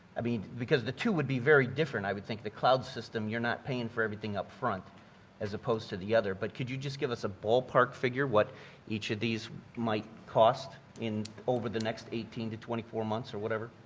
i mean because the two would be very different, i would think. the cloud system you're not paying for everything upfront as opposed to the other but could you just give us a ballpark figure what each of these might cost in over the next eighteen to twenty four months or whatever.